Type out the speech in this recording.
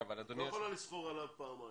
את לא יכולה לסחור עליו פעמיים.